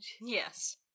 Yes